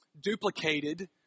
duplicated